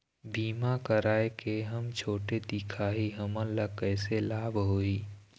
बीमा कराए के हम छोटे दिखाही हमन ला कैसे लाभ होही?